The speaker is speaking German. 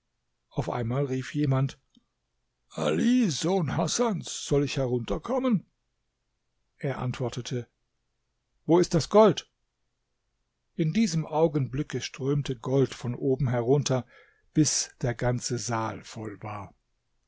auf einmal rief jemand ali sohn hasans soll ich herunterkommen er antwortete wo ist das gold in diesem augenblicke strömte gold von oben herunter bis der ganze saal voll war